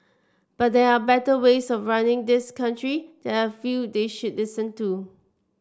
but there are better ways of running this country that I feel they should listen to